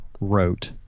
wrote